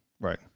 Right